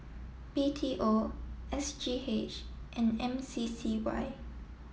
B T O S G H and M C C Y